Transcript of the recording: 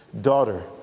Daughter